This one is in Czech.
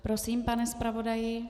Prosím, pane zpravodaji.